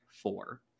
four